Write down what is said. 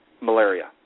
malaria